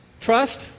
Trust